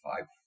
five